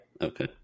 Okay